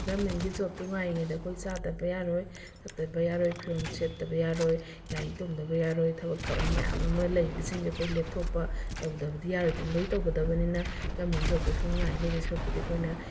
ꯒꯃꯦꯟꯒꯤ ꯖꯣꯕꯇꯣ ꯉꯥꯏꯔꯤꯉꯩꯗ ꯑꯩꯈꯣꯏ ꯆꯥꯗꯕ ꯌꯥꯔꯣꯏ ꯆꯠꯇꯕ ꯌꯥꯔꯣꯏ ꯐꯤꯔꯣꯜ ꯁꯦꯠꯇꯕ ꯌꯥꯔꯣꯏ ꯒꯥꯔꯤ ꯇꯣꯡꯗꯕ ꯌꯥꯔꯣꯏ ꯊꯕꯛ ꯊꯧꯔꯝ ꯃꯌꯥꯝ ꯑꯃ ꯂꯩꯕꯁꯤꯡꯁꯦ ꯑꯩꯈꯣꯏ ꯂꯦꯞꯊꯣꯛꯄ ꯇꯧꯗꯕꯗꯤ ꯌꯥꯔꯣꯏꯗꯕꯅꯤꯅ ꯂꯣꯏꯅ ꯇꯧꯒꯗꯕꯅꯤꯅ ꯒꯃꯦꯟ ꯖꯣꯕꯇꯣ ꯁꯨꯝ ꯉꯥꯏ ꯂꯩꯗꯣꯏ ꯁꯔꯨꯛꯄꯨꯗꯤ ꯑꯩꯈꯣꯏꯅ